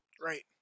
Right